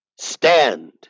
Stand